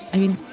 i mean,